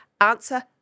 Answer